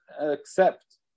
accept